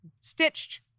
stitched